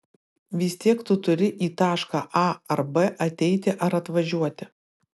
vis tiek tu turi į tašką a ar b ateiti ar atvažiuoti